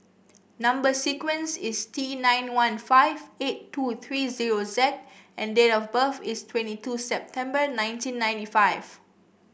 number sequence is T nine one five eight two three zero Z and date of birth is twenty two September nineteen ninety five